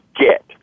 get